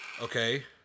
Okay